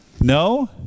No